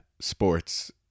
sports